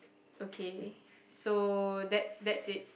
okay so that's that's it